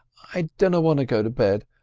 i dunno want to go to bed,